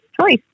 choice